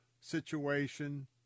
situation